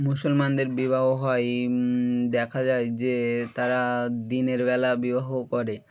মুসলমানদের বিবাহ হয় দেখা যায় যে তারা দিনের বলা বিবাহ করে